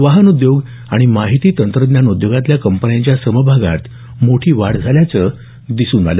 वाहन उद्योग आणि माहिती तंत्रज्ञान उद्योगातल्या कंपन्यांच्या समभागात मोठी वाढ झाल्याचं यावेळी दिसून आलं